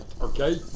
okay